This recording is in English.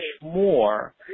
more